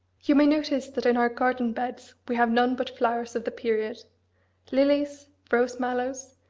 you may notice that in our garden-beds we have none but flowers of the period lilies, rose-mallows,